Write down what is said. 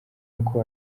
uko